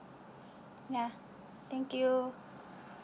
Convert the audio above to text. ya thank you